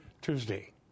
Tuesday